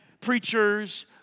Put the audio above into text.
preachers